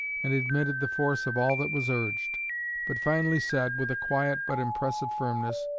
and admitted the force of all that was urged but finally said, with a quiet but impressive firmness,